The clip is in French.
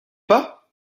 pas